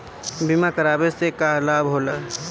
बीमा करावे से का लाभ होला?